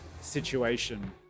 situation